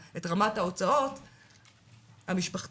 את רמת ההוצאות המשפחתיות,